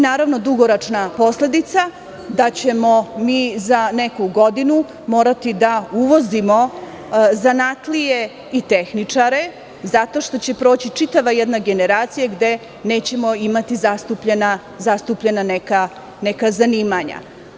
Naravno, dugoročna posledica, da ćemo mi za neku godinu morati da uvozimo zanatlije i tehničare zato što će proći čitava jedna generacija gde nećemo imati zastupljena neka zanimanja.